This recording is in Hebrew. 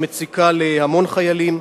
שמציקה להמון חיילים,